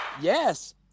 yes